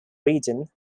region